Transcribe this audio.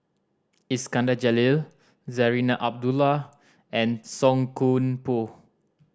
Iskandar Jalil Zarinah Abdullah and Song Koon Poh